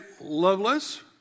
loveless